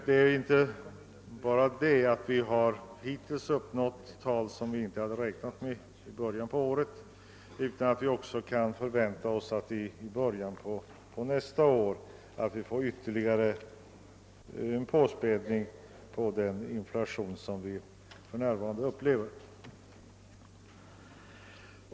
Och vi har inte bara uppnått tal som vi inte hade räknat med vid ingången av detta år, utan vi kan också vänta oss att i början av nästa år få ytterligare en påspädning på den inflation som vi för närvarande upplever.